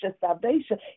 salvation